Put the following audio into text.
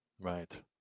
Right